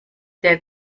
der